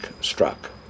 struck